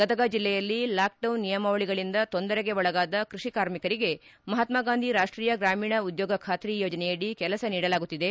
ಗದಗ ಜಿಲ್ಲೆಯಲ್ಲಿ ಲಾಕ್ಡೌನ್ ನಿಯಮಾವಳಗಳಂದ ತೊಂದರೆಗೆ ಒಳಗಾದ ಕೃಷಿ ಕಾರ್ಮಿಕರಿಗೆ ಮಹಾತ್ಮಾ ಗಾಂಧಿ ರಾಷ್ಟೀಯ ಗ್ರಾಮೀಣ ಉದ್ಯೋಗ ಖಾತ್ರಿ ಯೋಜನೆಯಡಿ ಕೆಲಸ ನೀಡಲಾಗುತ್ತಿದೆ